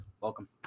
Welcome